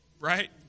Right